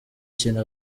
kintu